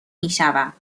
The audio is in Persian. میشوم